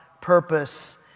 purpose